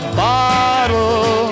bottle